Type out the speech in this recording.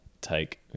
take